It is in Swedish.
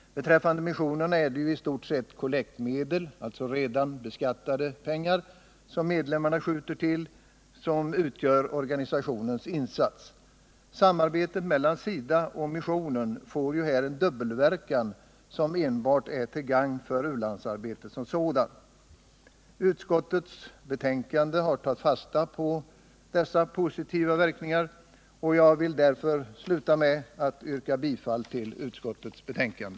Beträffande missionerna är det ju i stort sett kollektmedel, alltså redan beskattade pengar, som medlemmarna skjuter till som utgör organisationens insats. Samarbetet mellan SIDA och missionen får här en dubbelverkan som enbart är till gagn för u-landsarbetet som sådant. Utskottets betänkande har tagit fasta på dessa positiva verkningar, och jag vill därför sluta med att yrka bifall till utskottets förslag.